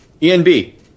ENB